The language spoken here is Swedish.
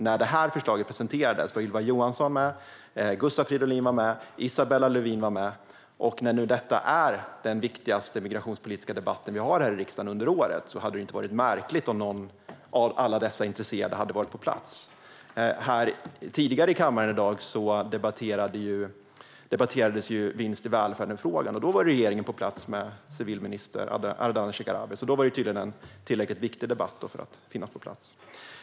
När förslaget presenterades var Ylva Johansson, Gustav Fridolin och Isabella Lövin med, och när nu detta är den viktigaste migrationspolitiska debatten vi har här i riksdagen under året hade det inte varit märkligt om någon av alla dessa intresserade hade varit på plats. Tidigare i dag debatterades här i kammaren frågan om vinster i välfärden, och då var Ardalan Shekarabi på plats från regeringen. Det var tydligen en tillräckligt viktig debatt för att finnas på plats.